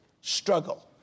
Struggle